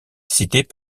cités